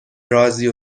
رازی